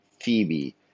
Phoebe